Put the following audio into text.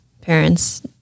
parents